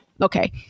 Okay